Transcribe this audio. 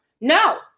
No